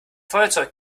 feuerzeug